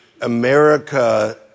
America